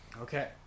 Okay